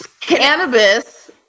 Cannabis